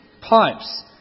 pipes